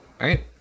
right